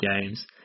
games